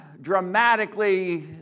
dramatically